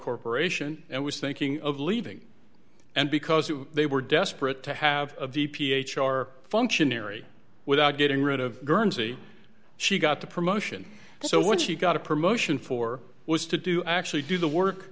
corporation and was thinking of leaving and because they were desperate to have a v p h r functionary without getting rid of guernsey she got the promotion so when she got a promotion for was to do actually do the